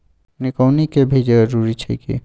निकौनी के भी जरूरी छै की?